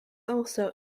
also